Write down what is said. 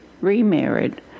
remarried